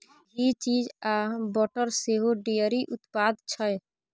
घी, cheese आ butter सेहो dairy उत्पाद छै